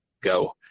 Go